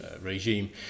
regime